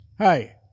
Hi